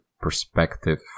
perspective